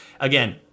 Again